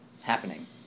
happening